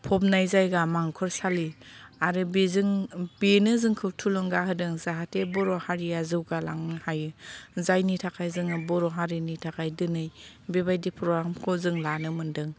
फबनाय जायगा मांखरसालि आरो बेजों बेनो जोंखौ थुलुंगा होदों जाहाथे बर' हारिया जौगालांनो हायो जायनि थाखाय जोङो बर' हारिनि थाखाय दिनै बेबायदि प्रग्रामखौ जों लानो मोनदों